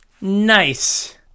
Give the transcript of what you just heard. Nice